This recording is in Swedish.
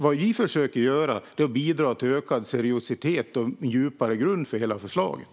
Vad vi försöker göra är att bidra till ökad seriositet och en djupare grund för hela förslaget.